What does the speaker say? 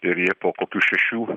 ir jie po kokių šešių